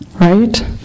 right